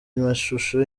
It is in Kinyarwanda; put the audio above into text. mashusho